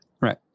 Right